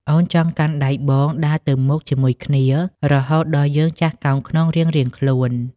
អូនចង់កាន់ដៃបងដើរទៅមុខជាមួយគ្នា រហូតដល់យើងចាស់កោងខ្នងរៀងៗខ្លួន។